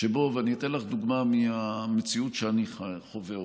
אני אתן לך דוגמה מהמציאות שאני חווה אותה,